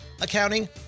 accounting